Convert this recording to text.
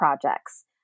projects